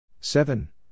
Seven